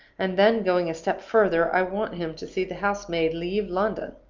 and then, going a step further, i want him to see the house-maid leave london,